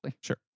Sure